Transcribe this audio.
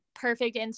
perfect